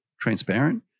transparent